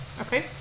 Okay